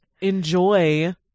enjoy